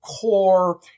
core